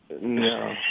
No